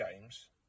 games